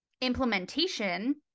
implementation